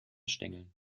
stängeln